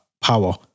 power